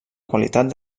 qualitat